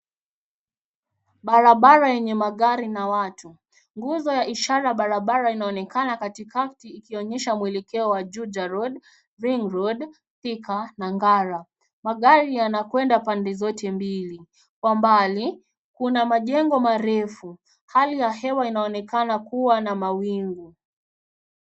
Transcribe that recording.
Barabara yenye magari na watu. Nguzo ya ishara barabara inaonekana katikati, ikionyesha mwelekeo wa Juja road, Ring road, Thika, na Ngara. Magari yanakwenda pande zote mbili. Kwa mbali, kuna majengo marefu. Hali ya hewa inaonekana kuwa na mawingu.